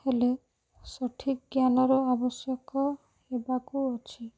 ହେଲେ ସଠିକ୍ ଜ୍ଞାନର ଆବଶ୍ୟକ ହେବାକୁ ଅଛି